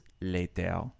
later